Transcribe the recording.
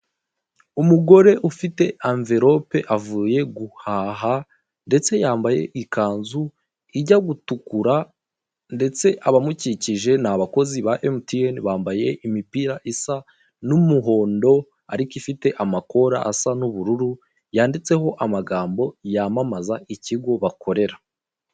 Umugore ufite amvilope avuye guhaha ndetse yambaye ikanzu ijya gutukura ndetse abamukikije ni abakozi ba emutieni bambaye imipira isa n'umuhondo ariko ifite amakora asa n'ubururu yanditseho amagambo yamamaza ikigo bakorera.